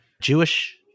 Jewish